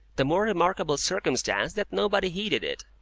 the more remarkable circumstance that nobody heeded it.